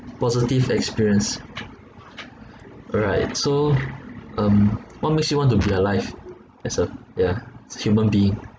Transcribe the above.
positive experience all right so um what makes you want to be alive as a ya human being